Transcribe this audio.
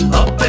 up